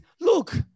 look